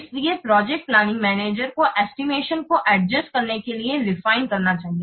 इसलिए project planning manager को estimation को एडजस्ट करने के लिए रिफियन करना चाहिए